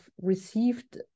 received